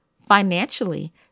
financially